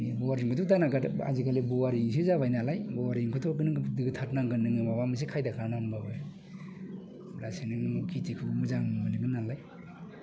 बरिंखौथ' दा नांखागोन आजिखालि बरिंसो जाबाय नालाय बरिंखौथ' नों दोथाबनांगोन नोङो माबा मोनसे खायदा खालामनानैबाबो होमबासो नों खेथिखौ मोजां मोनगोन नालाय